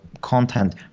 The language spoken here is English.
content